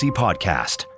podcast